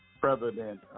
President